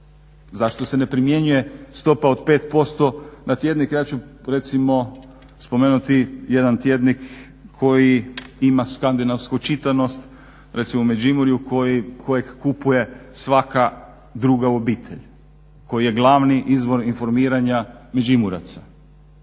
Zašto se ne primjenjuje stopa od 5% na tjednike, ja ću recimo spomenuti jedan tjedan koji ima skandinavsku čitanost. Recimo u Međimurju kojeg kupuje svaka druga obitelj, koji je glavni izvor informiranja Međimuraca.